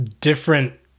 different